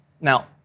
now